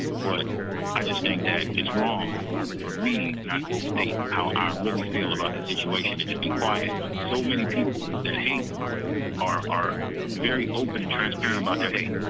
but i just think that it's wrong for me not to state how i really feel about the situation and just be quiet when so many people that hate are are very open and transparent about their hate.